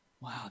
wow